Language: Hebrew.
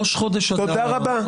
ראש חודש אדר היום,